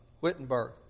Wittenberg